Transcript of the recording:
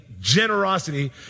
generosity